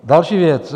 Další věc.